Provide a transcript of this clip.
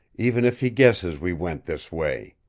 even if he guesses we went this way,